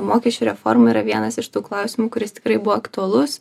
mokesčių reforma yra vienas iš tų klausimų kuris tikrai buvo aktualus